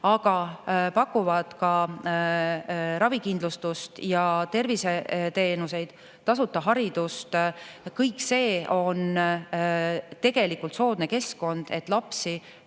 aga pakuvad ka ravikindlustust ja terviseteenuseid, tasuta haridust. Kõik see on tegelikult soodne keskkond, et lapsi